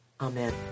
Amen